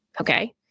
okay